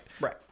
Right